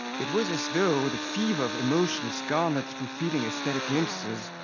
it was as though the fever of emotions garnered through fleeting aesthetic glimpses,